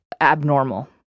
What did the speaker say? abnormal